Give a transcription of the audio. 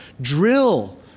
drill